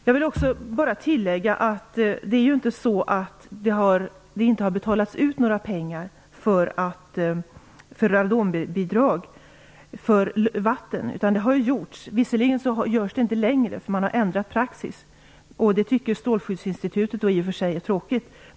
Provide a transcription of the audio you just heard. Jag vill också tillägga att det inte är så att det inte har betalats ut några pengar i bidrag för att få bort radon i vatten. Det har man gjort. Visserligen görs det inte längre, för man har ändrat praxis, och det tycker Strålskyddsinstitutet i och för sig är tråkigt.